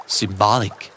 symbolic